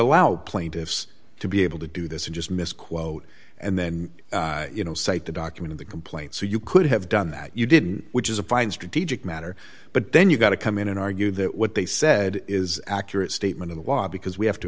allow plaintiffs to be able to do this and just misquote and then you know cite the document of the complaint so you could have done that you didn't which is a fine strategic matter but then you got to come in and argue that what they said is accurate statement of the law because we have to